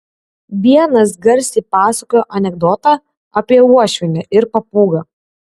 vienas garsiai pasakojo anekdotą apie uošvienę ir papūgą